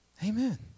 Amen